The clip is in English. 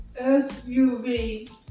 SUV